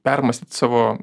permąstyt savo